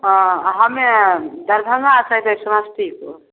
हँ हम्मे दरभङ्गा से जेबै समस्तीपुर